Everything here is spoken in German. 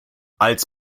als